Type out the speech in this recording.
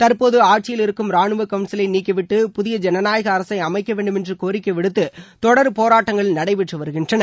தற்போது ஆட்சியில் இருக்கும் ராணுவ கவுள்சிலை நீக்கி விட்டு புதிய ஜனநாயக அரமைக்க வேண்டும் என்று கோரிக்கை விடுத்து தொடர் போராட்டங்கள் நடைபெற்று வருகின்றன